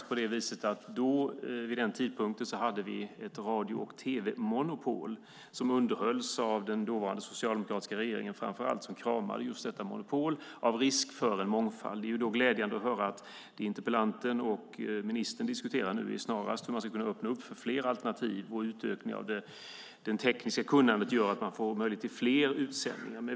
På den tiden hade vi ett radio och tv-monopol som underhölls av framför allt den dåvarande socialdemokratiska regeringen eftersom man var rädd för mångfald. Det är glädjande att höra att interpellanten och ministern nu snarare diskuterar hur man ska kunna öppna för fler alternativ. Utvecklingen av det tekniska kunnandet gör att man får möjlighet till fler utsändningarna.